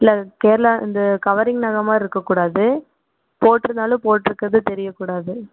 இல்லை கேரளா இந்த கவரிங் நகை மாதிரி இருக்கக்கூடாது போட்டுருந்தாலும் போட்டுருக்கிறது தெரியக்கூடாது